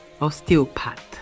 osteopath